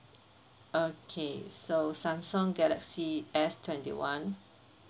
okay so Samsung galaxy S twenty one